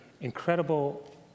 incredible